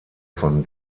von